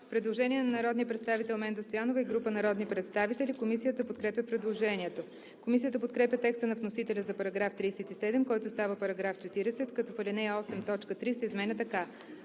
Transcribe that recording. предложение на народния представител Менда Стоянова и група народни представители. Комисията подкрепя предложението. Комисията подкрепя текста на вносителя за § 55, който става § 58, като след думите „да